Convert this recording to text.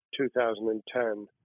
2010